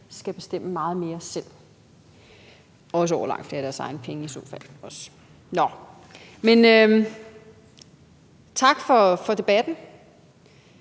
skal bestemme meget mere selv og også over langt flere af deres egne penge. Men tak for debatten.